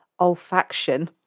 olfaction